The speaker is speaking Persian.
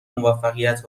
موفقیت